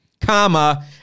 comma